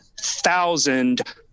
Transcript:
thousand